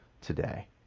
today